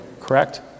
Correct